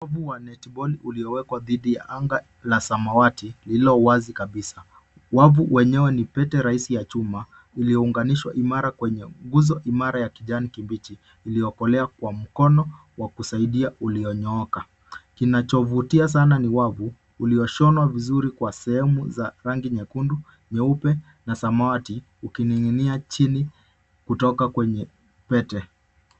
Wavu wa netiboli uliowekwa dhidi ya anga la samawati, lililowazi kabisa. Wavu wenyewe ni pete rahisi ya chuma, iliyounganishwa imara kwenye nguzo imara ya kijani kibichi iliyokolea Kwa mkono wa kusaidia ulioyonyooka. Kinachovutia sana ni wavu ulioshonwa vizuri Kwa sehemu za rangi nyekundu, Nyepe na samawati ukinin'ginia chini kutoka kwenye pete.